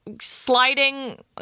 sliding